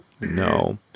No